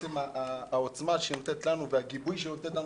עצם העוצמה שהיא נותנת לנו והגיבוי שהיא נותנת לנו